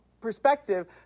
perspective